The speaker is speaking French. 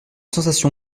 sensation